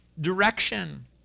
direction